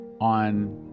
on